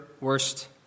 worst